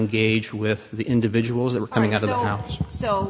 engage with the individuals that were coming out of the house so